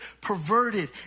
perverted